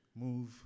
move